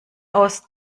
aus